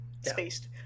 spaced